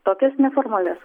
tokias neformalias